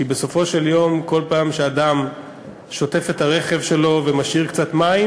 כי בסופו של יום כל פעם שאדם שוטף את הרכב שלו ומשאיר קצת מים,